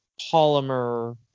polymer